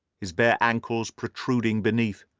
his bare ankles protruding beneath,